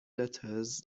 letters